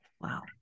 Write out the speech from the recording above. wow